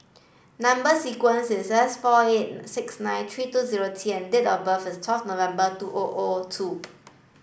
number sequence is S four eight six nine three two zero T and date of birth is twelve November two O O two